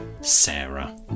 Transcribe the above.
Sarah